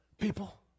people